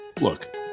Look